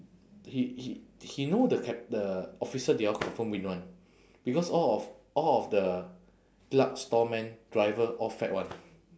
he he he know the cap~ the officer they all confirm win [one] because all of all of the clerk storeman driver all fat [one]